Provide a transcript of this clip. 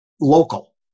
local